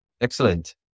Excellent